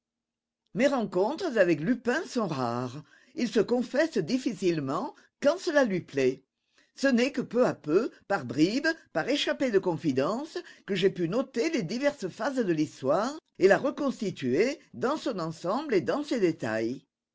mes rencontres avec lupin sont rares il se confesse difficilement quand cela lui plaît ce n'est que peu à peu par bribes par échappées de confidences que j'ai pu noter les diverses phases de l'histoire et la reconstituer dans son ensemble et dans ses détails